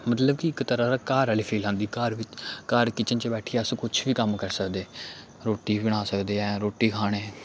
मतलब कि इक तरह घर आह्ली फील आंदी घर घर किचन च बैठियै अस कुछ बी कम्म करी सकदे रोटी बी बना सकदे ऐं रोटो खाने